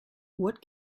what